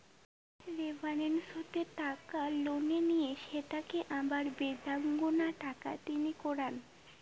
leverage হসে টাকা লোনে নিয়ে সেটোকে আরাক বেদাঙ্গনা টাকা তিনি করাঙ